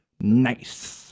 Nice